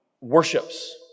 worships